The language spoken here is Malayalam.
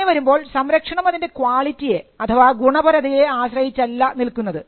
അങ്ങനെ വരുമ്പോൾ സംരക്ഷണം അതിൻറെ ക്വാളിറ്റിയെ അഥവാ ഗുണപരതയെ ആശ്രയിച്ചല്ല നിൽക്കുന്നത്